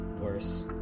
worse